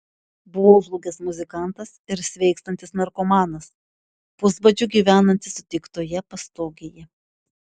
buvau žlugęs muzikantas ir sveikstantis narkomanas pusbadžiu gyvenantis suteiktoje pastogėje